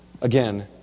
again